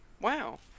Wow